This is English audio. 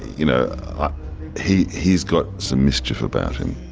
you know he, he's got some mischief about him.